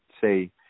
say